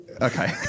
Okay